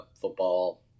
football